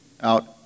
out